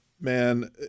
man